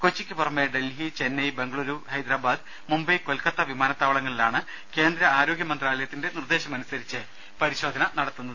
കൊച്ചിക്കുപുറമെ ഡൽഹി ചെന്നൈ ബംഗളൂരു ഹൈദരാബാദ് മുംബൈ കൊൽക്കത്ത വിമാനത്താവളങ്ങളിലാണ് കേന്ദ്ര ആരോഗ്യമന്ത്രാലയത്തിന്റെ നിർദ്ദേശമനുസരിച്ച് പരിശോധന നടത്തുന്നത്